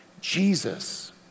Jesus